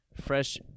fresh